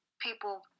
people